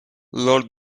lord